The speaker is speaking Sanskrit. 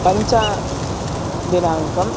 पञ्च दिनाङ्कः